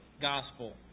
gospel